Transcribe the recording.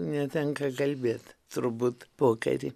netenka kalbėt turbūt pokary